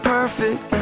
perfect